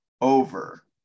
over